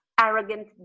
arrogant